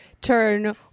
turn